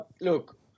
Look